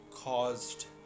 caused